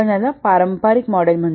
याला आपण पारंपारिक मॉडेल म्हणू